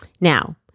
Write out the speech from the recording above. Now